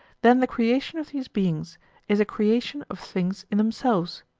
then the creation of these beings is a creation of things in themselves,